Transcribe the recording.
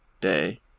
day